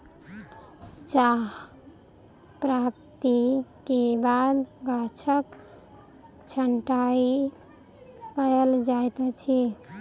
चाह प्राप्ति के बाद गाछक छंटाई कयल जाइत अछि